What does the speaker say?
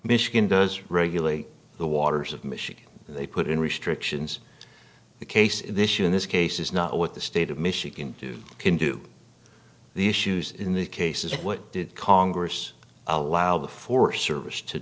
michigan does regulate the waters of michigan they put in restrictions the case issue in this case is not what the state of michigan do can do the issues in the cases what did congress allow the forest service to